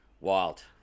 wild